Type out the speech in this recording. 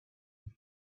and